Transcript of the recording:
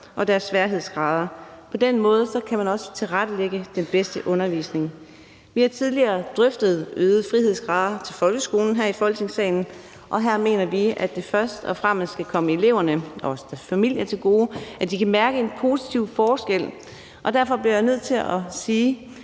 ogderes niveauer. På den måde kan man også tilrettelægge den bedste undervisning. Vi har tidligere drøftet øgede frihedsgrader i folkeskolen her i Folketingssalen, og her mener vi, at det først og fremmest skal komme eleverne og også deres familier til gode, og at de skal kunne mærke en positiv forskel. Det kan godt være, at jeg